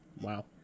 Wow